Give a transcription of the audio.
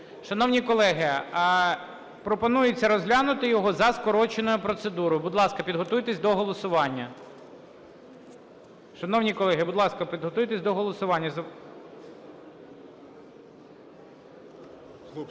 Шановні колеги, пропонується розглянути його за скороченою процедурою. Будь ласка, підготуйтесь до голосування.